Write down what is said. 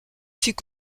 fut